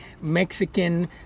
Mexican